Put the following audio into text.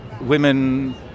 women